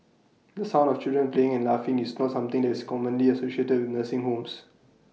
the sound of children playing and laughing is not something that is commonly associated with nursing homes